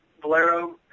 Valero